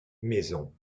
maisons